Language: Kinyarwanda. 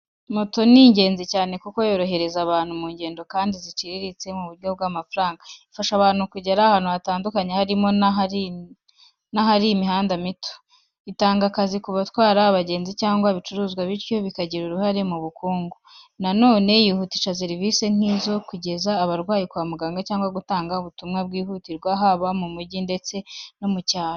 Moto ni ingenzi cyane kuko yorohereza abantu ingendo kandi ziciriritse mu buryo bw’amafaranga. Ifasha abantu kugera ahantu hatandukanye, harimo n’ahari imihanda mito. Itanga akazi ku batwara abagenzi cyangwa ibicuruzwa, bityo ikagira uruhare mu bukungu. Na none yihutisha serivisi nk’izo kugeza abarwayi kwa muganga cyangwa gutanga ubutumwa bwihutirwa haba mu mujyi ndetse no mu cyaro.